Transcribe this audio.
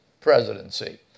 presidency